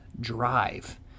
Drive